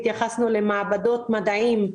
התייחסנו למעבדות, מדעים,